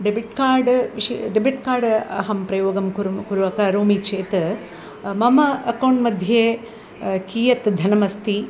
debit card विषये debit card अहं प्रयोगं कुर्मः कुरु करोमि चेत् मम अकौन्ट्मध्ये कियत् धनम् अस्ति